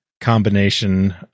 combination